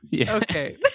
Okay